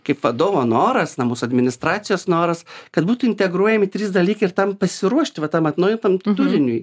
kaip vadovo noras na mūsų administracijos noras kad būtų integruojami trys dalykai ir tam pasiruošti va tam atnaujintam turiniui